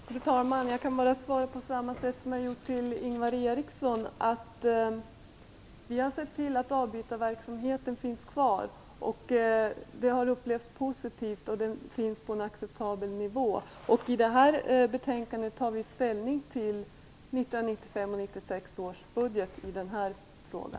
Fru talman! Jag kan bara ge samma svar som till Ingvar Eriksson, att vi har sett till att avbytarverksamheten får fortsätta, vilket har upplevts positivt. Verksamheten skall ha en acceptabel nivå. I betänkandet tar vi ställning till 1995/96 års budget i denna fråga.